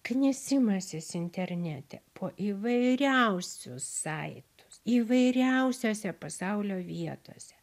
knisimasis internete po įvairiausius saitus įvairiausiose pasaulio vietose